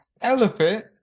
Elephant